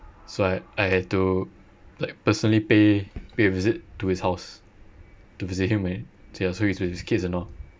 so I had I had to like personally pay pay a visit to his house to visit him when ya so he's with his kids and all